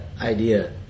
idea